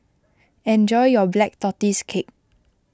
enjoy your Black Tortoise Cake